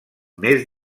més